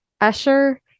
Usher